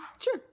sure